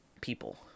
people